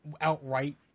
outright